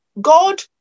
God